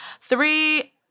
three